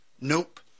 Nope